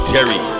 Terry